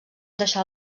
deixar